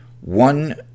one